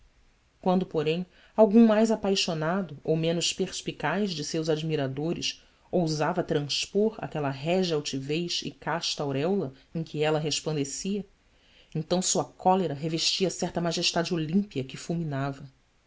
quando porém algum mais apaixonado ou menos perspicaz de seus admiradores ousava transpor aquela régia altivez e casta auréola em que ela resplandecia então sua cólera revestia certa majestade olímpia que fulminava